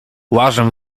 łażę